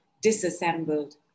disassembled